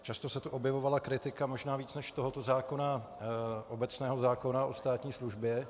Často se tu objevovala kritika možná víc než tohoto zákona obecného zákona o státní službě.